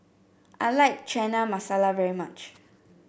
I like Chana Masala very much